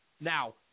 Now